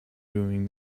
doing